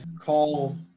call